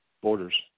borders